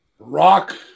Rock